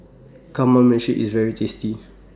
Kamameshi IS very tasty